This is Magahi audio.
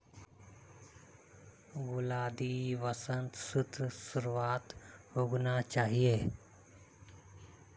गुलाउदीक वसंत ऋतुर शुरुआत्त उगाना चाहिऐ